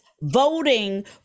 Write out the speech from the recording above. voting